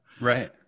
Right